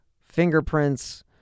fingerprints